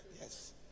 yes